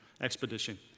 expedition